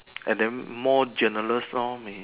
and then more generous lor may